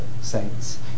saints